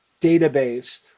database